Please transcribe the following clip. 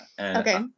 Okay